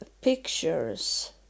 pictures